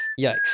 yikes